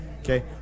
Okay